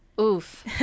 Oof